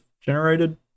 generated